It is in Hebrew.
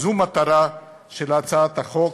זו המטרה של הצעת החוק.